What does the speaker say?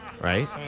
Right